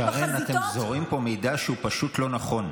שרן, אתם זורעים פה מידע שהוא לא נכון.